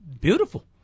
beautiful